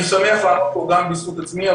אני שמח לעלות פה גם בזכות עצמי,